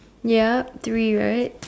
yup three right